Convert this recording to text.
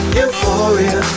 Euphoria